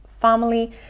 family